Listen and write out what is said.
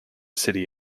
city